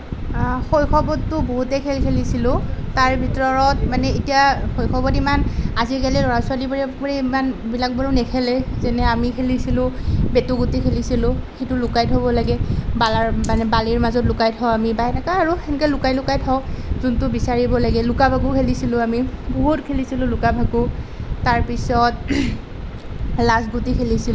শৈশৱততো বহুতেই খেল খেলিছিলোঁ তাৰ ভিতৰত মানে এতিয়া শৈশৱত ইমান আজিকালি ল'ৰা ছোৱালীবোৰে বোৰে ইমানবিলাক বাৰু নেখেলে যেনে আমি খেলিছিলোঁ বেতুগুটি খেলিছিলোঁ সেইটো লুকাই থ'ব লাগে বালাৰ মানে বালিৰ মাজত লুকাই থওঁ আমি বা সেনেকুৱাই আৰু সেনেকৈ লুকাই লুকাই থওঁ যোনটো বিচাৰিব লাগে লুকা ভাকু খেলিছিলোঁ আমি বহুত খেলিছিলোঁ লুকা ভাকু তাৰপিছত লাচগুটি খেলিছিলোঁ